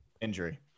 Injury